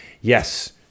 Yes